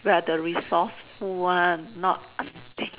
we are the resourceful one not aunty